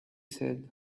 said